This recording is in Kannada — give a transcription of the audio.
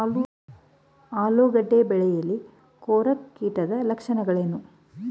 ಆಲೂಗೆಡ್ಡೆ ಬೆಳೆಯಲ್ಲಿ ಕೊರಕ ಕೀಟದ ಲಕ್ಷಣವೇನು?